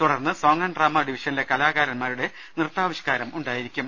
തുടർന്ന് song and drama ഡിവിഷനിലെ കലാ കാരന്മാരുടെ നൃത്താവിഷ്കാരം ഉണ്ടായിരിക്കും